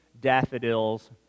daffodils